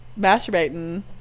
masturbating